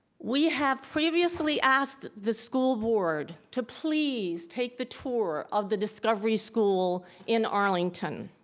we have previously asked the school board to please take the tour of the discovery school in arlington.